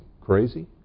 crazy